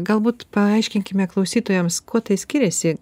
galbūt paaiškinkime klausytojams kuo skiriasi